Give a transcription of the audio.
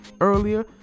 earlier